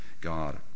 God